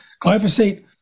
Glyphosate